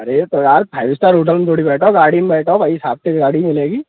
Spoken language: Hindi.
अरे तो यार फाइव इस्टार होटल में थोड़ी बैठा हूँ गाड़ी में बैठा हूँ वही हिसाब से गाड़ी मिलेगी